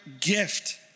gift